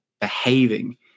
behaving